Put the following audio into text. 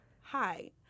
Hi